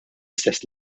istess